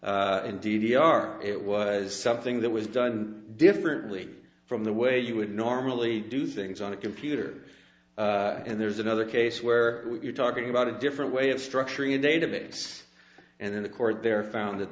r it was something that was done differently from the way you would normally do things on a computer and there's another case where we're talking about a different way of structuring a database and then the court there found that